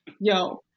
yo